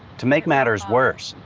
to make matters worse,